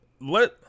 let